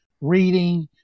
reading